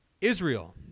Israel